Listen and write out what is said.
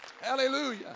Hallelujah